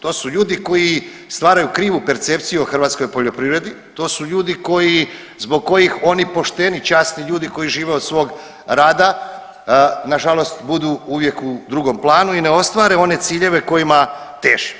To su ljudi koji stvaraju krivu percepciju o hrvatskoj poljoprivredi, to su ljudi zbog kojih oni pošteni, časni ljudi koji žive od svog rada nažalost budu uvijek u drugom planu i ne ostvare one ciljeve kojima teži.